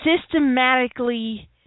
systematically